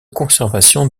conservation